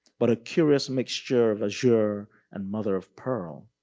but a curious mixture of azure and mother of pearl.